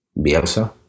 Bielsa